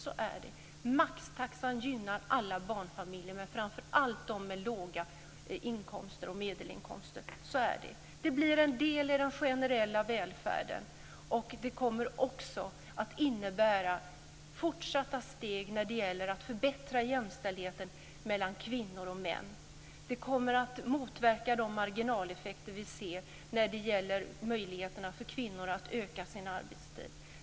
Maxtaxan gynnar alla barnfamiljer men framför allt dem som har låga och medelhöga inkomster. Maxtaxan blir en del i den generella välfärden, och den kommer också att innebära fortsatta steg när det gäller att förbättra jämställdheten mellan kvinnor och män. Den kommer att motverka marginaleffekterna för kvinnor som utökar sin arbetstid.